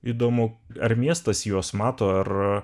įdomu ar miestas juos mato ar